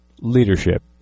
leadership